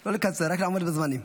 --- לא לקצר, רק לעמוד בזמנים.